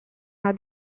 how